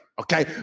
Okay